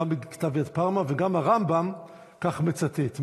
גם בכתב יד פארמה וגם הרמב"ם כך מצטט.